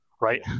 Right